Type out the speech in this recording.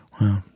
Wow